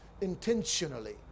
intentionally